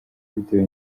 bitewe